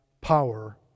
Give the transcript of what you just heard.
power